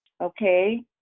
Okay